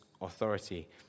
authority